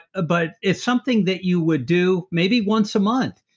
ah but it's something that you would do maybe once a month,